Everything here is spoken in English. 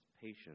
Patience